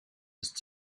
ist